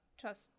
trust